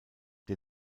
der